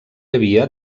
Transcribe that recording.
havia